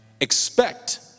expect